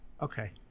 Okay